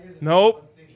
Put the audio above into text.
Nope